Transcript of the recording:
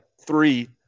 three